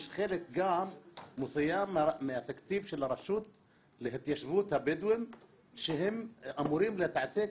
יש חלק מסוים מהתקציב של הרשות להתיישבות הבדואים שהם אמורים להתעסק